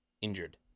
injured